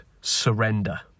surrender